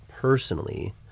personally